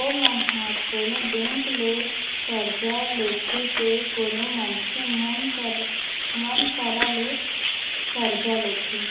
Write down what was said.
ओमन ह कोनो बेंक ले करजा लेथे ते कोनो मनखे मन करा ले करजा लेथे